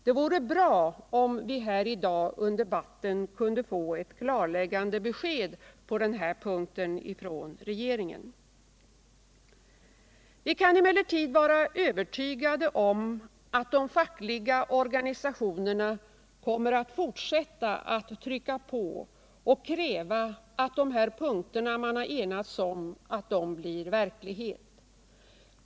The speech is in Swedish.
Det vore bra om vi under dagens debatt kunde få ett klarläggande besked från regeringen på den här punkten. Vi kan emellertid vara övertygade om att de fackliga organisationerna kommer att fortsätta att trycka på och kräva att vad man har enats om blir verklighet.